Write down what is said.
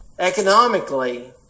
Economically